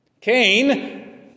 Cain